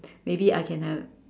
maybe I can have